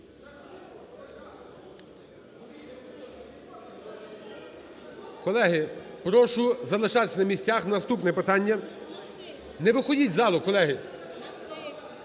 Колеги, прошу залишатися на місцях. Наступне питання… Не виходьте з зали, колеги.